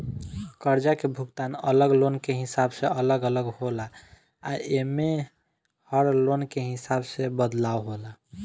कर्जा के भुगतान अलग लोन के हिसाब से अलग अलग होला आ एमे में हर लोन के हिसाब से बदलाव होला